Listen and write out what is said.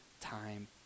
time